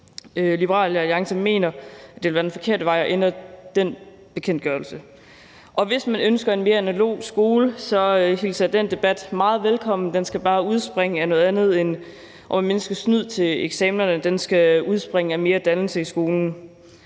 Liberal Alliance mener, at det ville være den forkerte vej at gå, hvis man ændrer den bekendtgørelse. Hvis man ønsker en mere analog skole, hilser jeg den debat meget velkommen. Den skal bare udspringe af noget andet end at ville mindske snyd til eksamenerne. Den skal udspringe af mere dannelse i skolen.